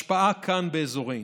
השפעה כאן באזורנו.